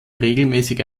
regelmäßige